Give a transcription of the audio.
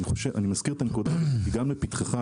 אני מזכיר את הנקודה הזאת גם לפתחך,